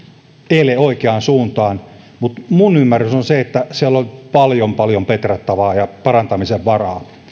ele oikeaan suuntaan mutta minun ymmärrykseni on se että siellä on paljon paljon petrattavaa ja parantamisen varaa